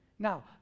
Now